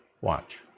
Watch